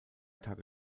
tage